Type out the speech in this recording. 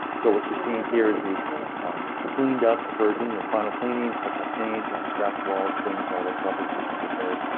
so what you're seeing here is the cleaned up version that final cleaning touch up paint, scratch walls, things. all that stuff is repaired.